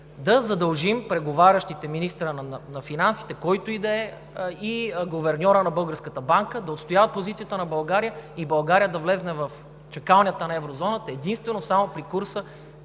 да задължим преговарящите – министъра на финансите, който и да е, и гуверньорът на Българската банка да отстояват позицията на България и България да влезе в чакалнята на Еврозоната единствено само при курса,